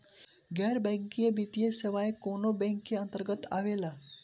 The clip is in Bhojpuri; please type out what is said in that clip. गैर बैंकिंग वित्तीय सेवाएं कोने बैंक के अन्तरगत आवेअला?